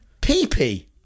pee-pee